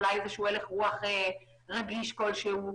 רגישות כלשהי.